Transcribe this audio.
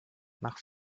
nach